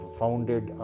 founded